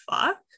fuck